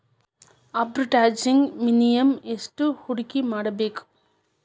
ಆರ್ಬಿಟ್ರೆಜ್ನ್ಯಾಗ್ ಮಿನಿಮಮ್ ಯೆಷ್ಟ್ ಹೂಡ್ಕಿಮಾಡ್ಬೇಕ್?